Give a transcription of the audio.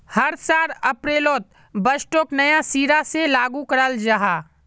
हर साल अप्रैलोत बजटोक नया सिरा से लागू कराल जहा